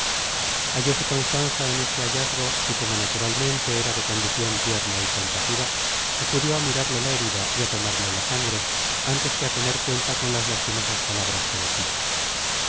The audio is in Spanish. at hallóse constanza en este hallazgo y como naturalmente era de condicion tierna y compasiva acudió á mirarle la herida y á tomarle la sangre ántes que á tener cuenta con las lastimosas palabras que decia